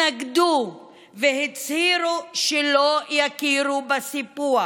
התנגדו והצהירו שלא יכירו בסיפוח,